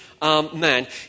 man